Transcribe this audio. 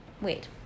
wait